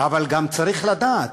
אבל גם צריך לדעת: